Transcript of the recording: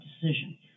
decision